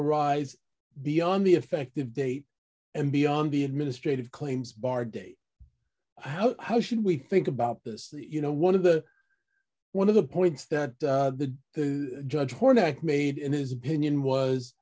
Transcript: arise beyond the effective date and beyond the administrative claims bar day how how should we think about this you know one of the one of the points that the judge hornyak made in his opinion was